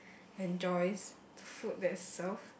enjoys food that is served